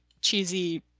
cheesy